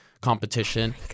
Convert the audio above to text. competition